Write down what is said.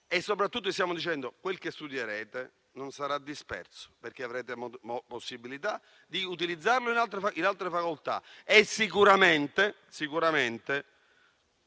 e soprattutto stiamo dicendo che quel che studieranno non sarà disperso, perché avranno la possibilità di utilizzarlo in altre facoltà. Sicuramente